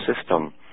system